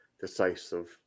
decisive